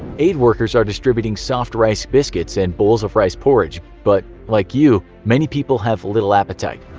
aid workers are distributing soft rice biscuits and bowls of rice porridge, but, like you, many people have little appetite.